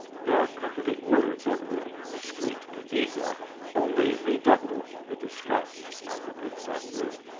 the comforting words of the discreet cadiga only redoubled the distress of the princesses,